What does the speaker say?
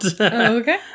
okay